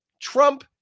Trump